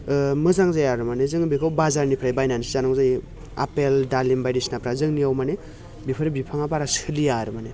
मोजां जाया आरो माने जों बेखौ बाजारनिफ्राय बायनानैसो जानांगौ जायो आफेल दालिम बायदिसिनाफ्रा जोंनियाव माने बेफोर बिफाङा बारा सोलिया आरो माने